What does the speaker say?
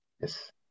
Yes